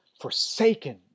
forsaken